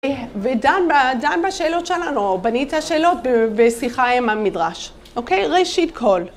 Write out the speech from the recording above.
אה... ודן ב... ודן בשאלות שלנו, בניתי את שאלות בשיחה עם המדרש, אוקיי? ראשית כל.